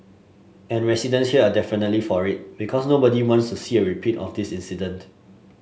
and residents here are definitely for it because nobody wants to see a repeat of this incident